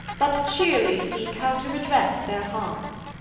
but chearely seeke how to redresse their harmes.